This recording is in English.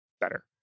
better